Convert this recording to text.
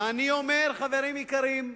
ואני אומר, חברים יקרים,